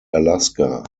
alaska